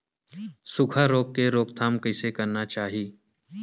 सुखा रोग के रोकथाम कइसे करना चाही?